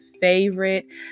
favorite